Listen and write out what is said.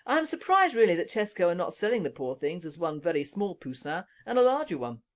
am surprised really that tesco are not selling the poor things as one very small poussin and a larger one.